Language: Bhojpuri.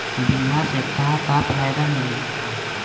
बीमा से का का फायदा मिली?